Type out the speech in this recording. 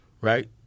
Right